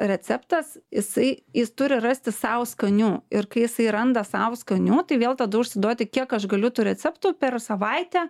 receptas jisai jis turi rasti sau skanių ir kai jisai randa sau skanių tai vėl tada užsiduoti kiek aš galiu tų receptų per savaitę